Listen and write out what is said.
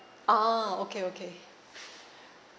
ah okay okay